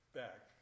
back